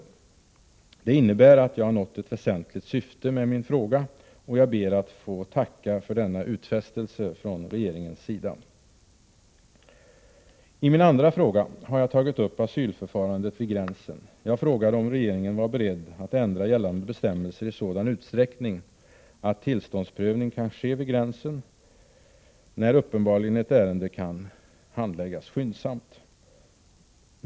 Det innebär att jag nått ett väsentligt syfte med min fråga, och jag ber att få tacka för denna utfästelse från regeringens sida. I min andra fråga har jag tagit upp asylförfarandet vid gränsen. Jag frågade om regeringen var beredd att ändra gällande bestämmelser i sådan utsträckning att tillståndsprövning kan ske vid gränsen, där uppenbarligen ett ärende kan handläggas skyndsamt.